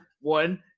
one